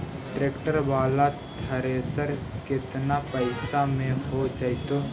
Tractor बाला thresher केतना पैसा में हो जैतै?